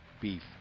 Beef